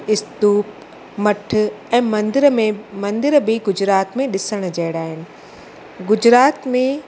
इस्तूप मठ ऐं मंदर में मंदर बि गुजरात में ॾिसण जहिड़ा आहिनि गुजरात में